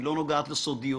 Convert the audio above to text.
היא לא נוגעת לסודיות.